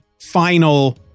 final